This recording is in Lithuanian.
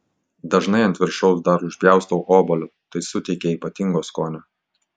dažnai ant viršaus dar užpjaustau obuolio tai suteikia ypatingo skonio